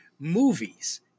movies